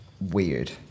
weird